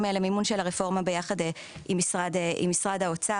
למימון של הרפורמה ביחד עם משרד האוצר,